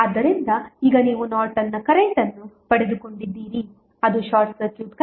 ಆದ್ದರಿಂದ ಈಗ ನೀವು ನಾರ್ಟನ್ನ ಕರೆಂಟ್ ಅನ್ನು ಪಡೆದುಕೊಂಡಿದ್ದೀರಿ ಅದು ಶಾರ್ಟ್ ಸರ್ಕ್ಯೂಟ್ ಕರೆಂಟ್ 4